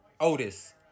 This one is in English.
Otis